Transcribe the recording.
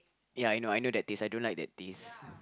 ya I know I know that taste I don't like that taste